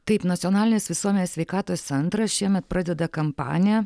taip nacionalinis visuomenės sveikatos centras šiemet pradeda kampaniją